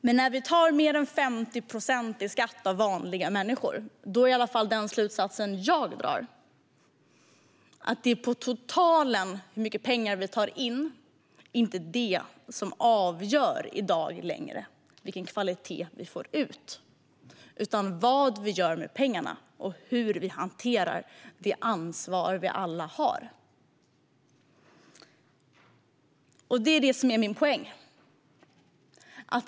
Men när vi tar mer än 50 procent i skatt av vanliga människor är i alla fall den slutsats jag drar att det som avgör vilken kvalitet vi får ut i dag inte längre är hur mycket pengar vi tar in på totalen, utan vad vi gör med pengarna och hur vi hanterar det ansvar vi alla har. Det är det som är min poäng.